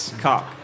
Cock